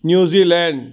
New Zealand